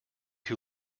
who